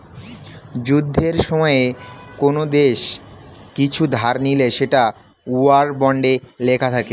যুদ্ধের সময়ে কোন দেশ কিছু ধার নিলে সেটা ওয়ার বন্ডে লেখা থাকে